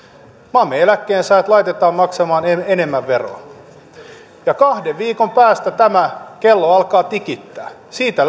maamme eläkkeensaajat laitetaan maksamaan enemmän veroa ja kahden viikon päästä tämä kello alkaa tikittää siitä